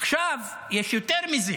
עכשיו, יש יותר מזה: